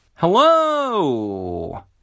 Hello